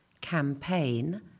campaign